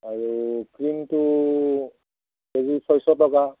আৰু ক্ৰীমটো কেজি ছয়শ টকা